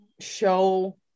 show